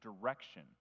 direction